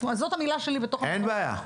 זאת המילה שלי בתוך --- אין בעיה.